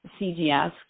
CGS